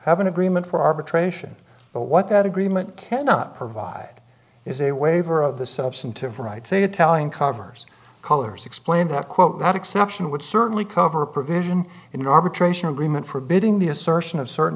have an agreement for arbitration but what that agreement cannot provide is a waiver of the substantive rights a italian covers colors explained that quote exception would certainly cover a provision in an arbitration agreement forbidding the assertion of certain